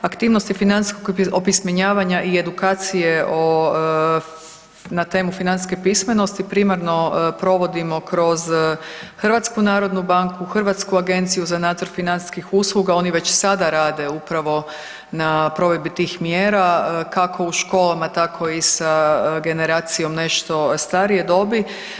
Aktivnosti financijskog opismenjavanja i edukacije o, na temu financijske pismenosti primarno provodimo kroz HNB, Hrvatsku agenciju za nadzor financijskih usluga, oni već sada rade upravo na provedbi tih mjera, kako u školama, tako i sa generacijom nešto starije dobi.